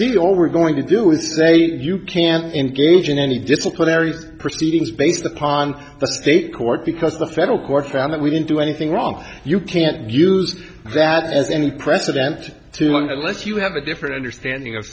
we're going to do is say you can't engage in any disciplinary proceedings based upon the state court because the federal court found that we didn't do anything wrong you can't use that as any precedent to let you have a different understanding of